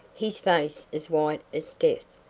his face as white as death.